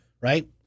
right